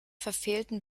verfehlten